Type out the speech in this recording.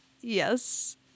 Yes